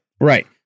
right